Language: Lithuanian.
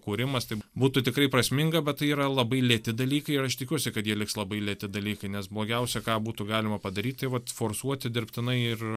kūrimas taip būtų tikrai prasminga bet tai yra labai lėti dalykai ir aš tikiuosi kad jie liks labai lėti dalykai nes blogiausia ką būtų galima padaryt tai vat forsuoti dirbtinai ir